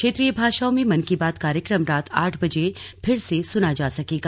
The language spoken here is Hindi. क्षेत्रीय भाषाओं में मन की बात कार्यक्रम रात आठ बजे फिर से सुना जा सकेगा